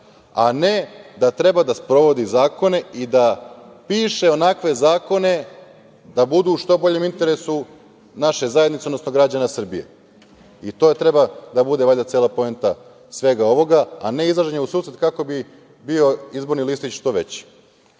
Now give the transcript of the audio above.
a ne da treba da sprovodi zakone i da piše onakve zakone da budu u što boljem interesu naše zajednice, odnosno građana Srbije i to treba da bude valjda cela poenta svega ovoga, a ne izlaženje u susret kako bi bio izborni listić što veći.